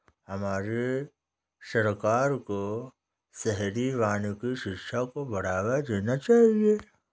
हमारे सरकार को शहरी वानिकी शिक्षा को बढ़ावा देना चाहिए